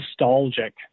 nostalgic